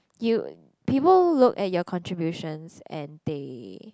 you people look at your contributions and they